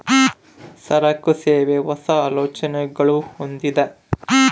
ಸರಕು, ಸೇವೆ, ಹೊಸ, ಆಲೋಚನೆಗುಳ್ನ ಹೊಂದಿದ